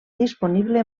disponible